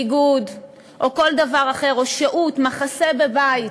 ביגוד או כל דבר אחר, או שהות, מחסה בבית,